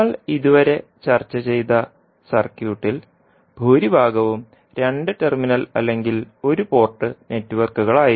നമ്മൾ ഇതുവരെ ചർച്ച ചെയ്ത സർക്യൂട്ടിൽ ഭൂരിഭാഗവും രണ്ട് ടെർമിനൽ അല്ലെങ്കിൽ ഒരു പോർട്ട് നെറ്റ്വർക്കുകളായിരുന്നു